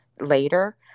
later